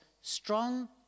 strong